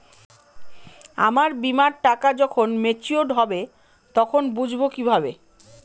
আমার বীমার টাকা যখন মেচিওড হবে তখন বুঝবো কিভাবে?